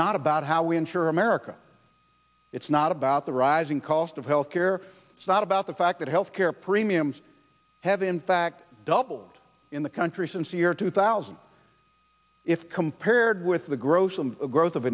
not about how we insure america it's not about the rising cost of health care it's not about the fact that health care premiums have in fact doubled in the country since the year two thousand if compared with the growth of the growth of